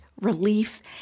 relief